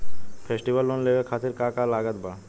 Festival loan लेवे खातिर का का लागत बा?